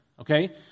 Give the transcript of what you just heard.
okay